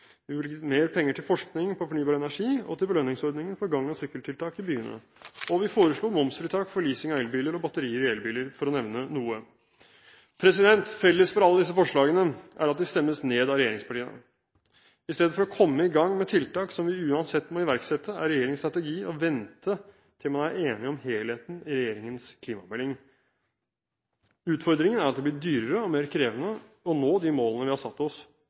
Vi bevilget mer penger til forskning på fornybar energi og til belønningsordningen for gang- og sykkeltiltak i byene, og vi foreslo momstiltak for leasing av elbiler og batterier i elbiler – for å nevne noe. Felles for alle disse forslagene er at de stemmes ned av regjeringspartiene. I stedet for å komme i gang med tiltak som vi uansett må iverksette, er regjeringens strategi å vente til man er enig om helheten i regjeringens klimamelding. Utfordringen er at det blir dyrere og mer krevende å nå de målene vi har satt oss,